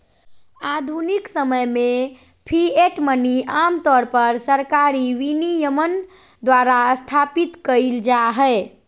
आधुनिक समय में फिएट मनी आमतौर पर सरकारी विनियमन द्वारा स्थापित कइल जा हइ